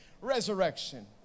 resurrection